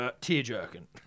tear-jerking